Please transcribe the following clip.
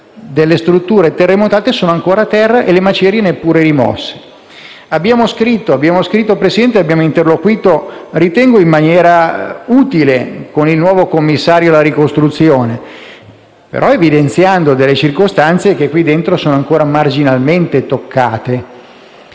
delle strutture terremotate sono ancora a terra e le macerie neppure rimosse. Abbiamo scritto, signora Presidente, e abbiamo interloquito - ritengo in maniera utile - con il nuovo commissario alla ricostruzione, evidenziando circostanze che qui dentro sono ancora marginalmente toccate.